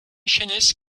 chaynesse